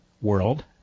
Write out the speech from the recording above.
world